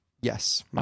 Yes